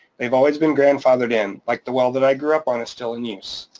they've always been grandfathered in, like the well that i grew up on is still in use,